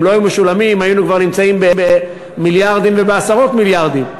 אם הם לא היו משולמים היינו כבר נמצאים במיליארדים ובעשרות מיליארדים.